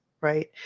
right